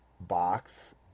box